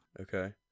okay